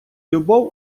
любов